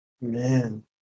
Man